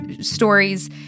stories